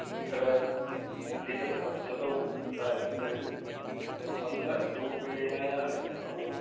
अत्र एतत् पद्धतौ कदाचित् मन्दरूपेण औ